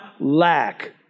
lack